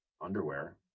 underwear